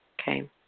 okay